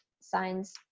signs